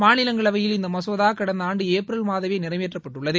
மாநிலங்களவையில் இந்த மசோதா கடந்த ஆண்டு ஏப்ரல் மாதமே நிறைவேற்றப்பட்டுள்ளது